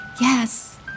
Yes